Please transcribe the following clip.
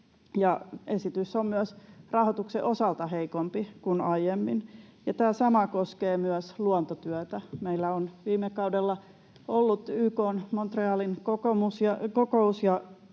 Esitys on myös rahoituksen osalta heikompi kuin aiemmin, ja tämä sama koskee myös luontotyötä. Meillä on viime kaudella ollut YK:n Montrealin kokous